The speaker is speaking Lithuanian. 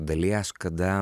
dalies kada